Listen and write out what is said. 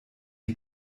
die